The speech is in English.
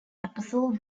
apostle